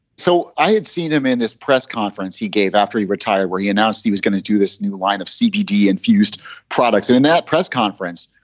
so i had seen him in this press conference he gave after he retire where he announced he was going to do this new line of cbd infused products in in that press conference.